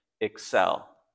Excel